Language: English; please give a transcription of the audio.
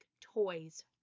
toys